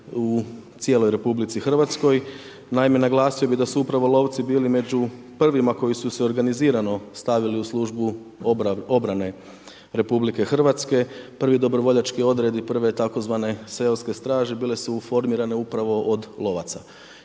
u cijelo RH. Naime, naglasio bi da su upravo lovci bili među prvima koji su se organizirano stavili u službu obrane RH, prvi dobrovoljački odredi, prvi tzv. seoske straže bile su uformirane upravo od lovaca.